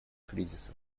кризисов